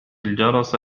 الجرس